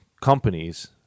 companies